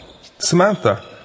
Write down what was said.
Samantha